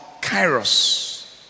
Kairos